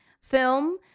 film